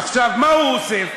עכשיו, מה הוא הוסיף?